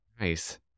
nice